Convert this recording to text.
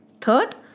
Third